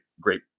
great